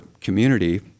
community